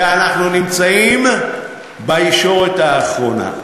ואנחנו נמצאים בישורת האחרונה.